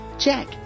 check